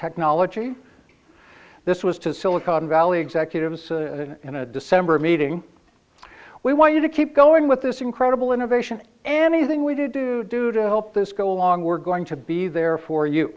technology this was to silicon valley executives in a december meeting we want you to keep going with this incredible innovation anything we did to do to help this go along we're going to be there for you